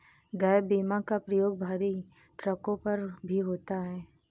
gap बीमा का प्रयोग भरी ट्रकों पर भी होता है